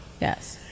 Yes